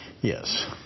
Yes